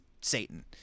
Satan